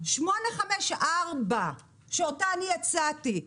854 שאותה אני הצעתי,